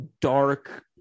dark